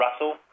Russell